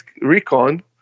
recon